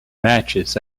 matches